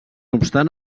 obstant